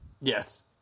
Yes